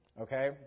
Okay